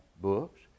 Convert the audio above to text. books